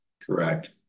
Correct